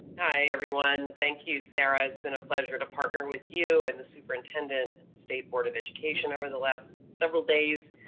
hi everyone. thank you, you, sarah. it's been a pleasure to partner with you and the superintendent, state board of education over the last several days.